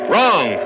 Wrong